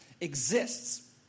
exists